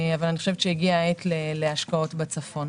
אבל אני חושבת שהגיעה העת להשקעות בצפון.